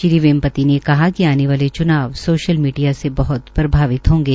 श्री वेमपती ने कहा कि आने वाले च्नाव सोशल मीडिया से बहत प्रभावित होंगे